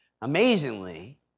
amazingly